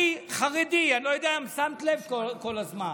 אני חרדי, אני לא יודע אם שמת לב כל הזמן.